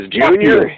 Junior